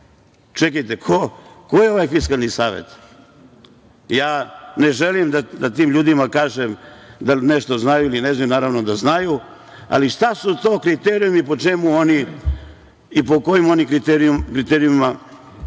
valja".Čekajte, ko je ovaj Fiskalni savet? Ja ne želim da tim ljudima kažem da li nešto znaju ili ne znaju, naravno da znaju, ali šta su to kriterijumi po čemu oni i po kojim oni kriterijumima daju